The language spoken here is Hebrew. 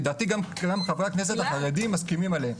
לדעתי גם חברי הכנסת החרדים מסכימים עליהם.